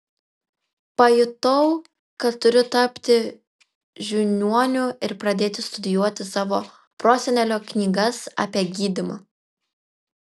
pajutau kad turiu tapti žiniuoniu ir pradėti studijuoti savo prosenelio knygas apie gydymą